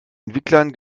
entwicklern